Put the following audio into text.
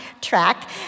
track